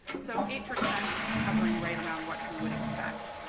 so eight percent is hovering right around what we would expect